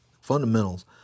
fundamentals